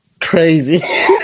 Crazy